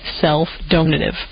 self-donative